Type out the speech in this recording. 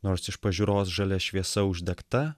nors iš pažiūros žalia šviesa uždegta